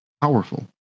powerful